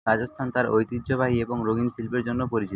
রাজস্থান তার ঐতিহ্যবাহী এবং রঙিন শিল্পের জন্য পরিচিত